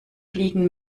fliegen